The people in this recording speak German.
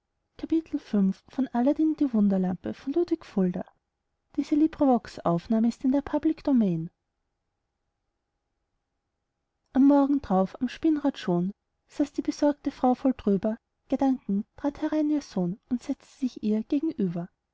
schlief am morgen drauf am spinnrad schon saß die besorgte frau voll trüber gedanken trat herein ihr sohn und setzte sich ihr gegenüber